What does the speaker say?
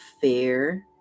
fair